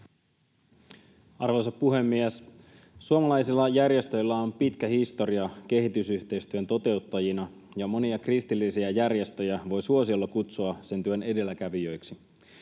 Arvoisa puhemies! Suomalaisilla järjestöillä on pitkä historia kehitysyhteistyön toteuttajina, ja monia kristillisiä järjestöjä voi suosiolla kutsua sen työn edelläkävijöiksi.